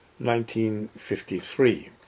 1953